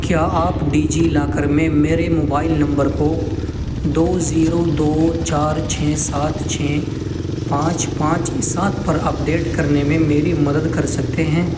کیا آپ DigiLocker میں میرے موبائل نمبر کو دو زیرو دو چار چھ سات چھ پانچ پانچ سات پر اپڈیٹ کرنے میں میری مدد کر سکتے ہیں